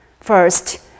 first